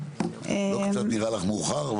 לא קצת נראה לך מאוחר?